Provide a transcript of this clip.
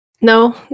No